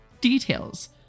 details